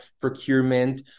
procurement